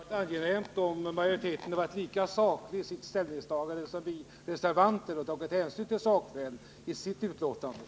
Herr talman! Det hade varit angenämt om majoriteten varit lika saklig i sitt ställningstagande som vi reservanter och i betänkandet tagit hänsyn till sakskäl.